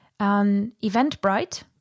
Eventbrite